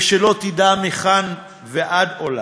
ושלא תדע מכאן ועד עולם,